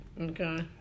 okay